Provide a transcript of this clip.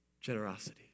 generosity